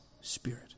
Spirit